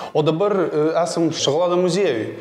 o dabar esam šokolado muziejuj